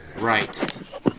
Right